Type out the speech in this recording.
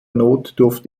notdurft